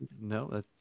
No